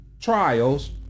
trials